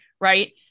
right